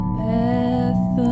path